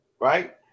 right